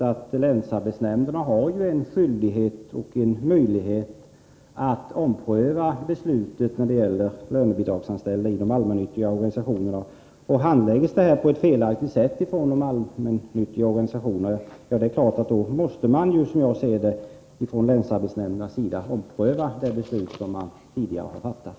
Men länsarbetshämnderna har möjlighet och även skyldighet att ompröva besluten när det gäller lönebidragsanställda i de allmännyttiga organisationerna. Om dessa handlägger de här frågorna på ett felaktigt sätt, måste man naturligtvis från länsarbetsnämndernas sida ompröva de beslut som tidigare har fattats.